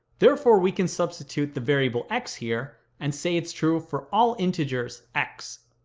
therefore we can substitute the variable x here, and say it's true for all integers x